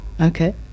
Okay